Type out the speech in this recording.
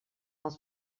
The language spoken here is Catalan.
els